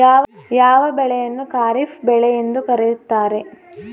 ಯಾವ ಬೆಳೆಯನ್ನು ಖಾರಿಫ್ ಬೆಳೆ ಎಂದು ಕರೆಯುತ್ತಾರೆ?